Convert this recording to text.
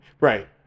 Right